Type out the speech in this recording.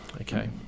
Okay